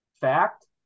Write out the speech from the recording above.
fact